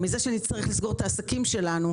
שנצטרך לסגור את העסקים שלנו,